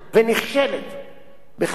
בחקיקת חוק-יסוד: החקיקה,